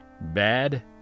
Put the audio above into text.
Bad